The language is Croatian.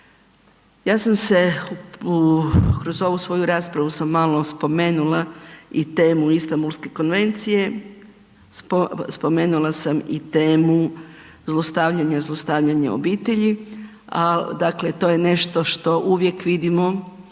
Ja sam se u, kroz ovu svoju raspravu sam malo spomenula i temu Istambulske konvencije, spomenula sam i temu zlostavljanja, zlostavljanja u obitelji, al dakle to je nešto što uvijek vidimo,